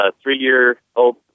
three-year-old